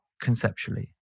conceptually